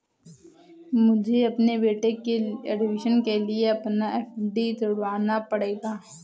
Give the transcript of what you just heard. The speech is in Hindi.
मुझे अपने बेटे के एडमिशन के लिए अपना एफ.डी तुड़वाना पड़ा